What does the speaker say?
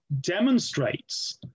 demonstrates